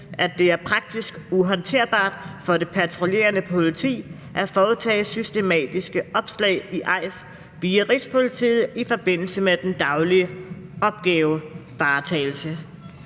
er praktisk uhåndterbart for det patruljerende politi at foretage systematiske opslag i EIS via Rigspolitiet i forbindelse med den daglige opgavevaretagelse.